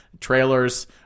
Trailers